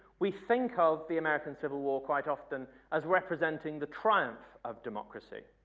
we think of the american civil war quite often as representing the triumph of democracy